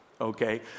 Okay